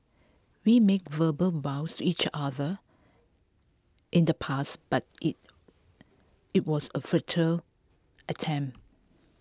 we made verbal vows to each other in the past but IT it was A futile attempt